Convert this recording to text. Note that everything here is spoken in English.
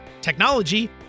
technology